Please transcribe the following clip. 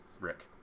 Rick